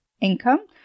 income